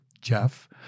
Jeff